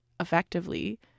effectively